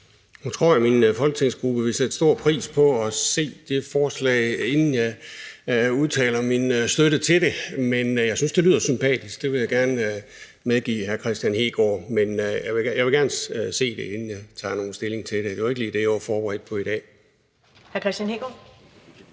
Nu tror jeg, min folketingsgruppe vil sætte stor pris på at se det forslag, inden jeg udtaler min støtte til det. Men jeg synes, det lyder sympatisk. Det vil jeg gerne medgive hr. Kristian Hegaard, men jeg vil gerne se det, inden jeg tager nogen stilling til det. Det var jo ikke lige det, jeg var forberedt på i dag.